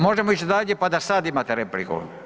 Možemo ići dalje pa sad imate repliku.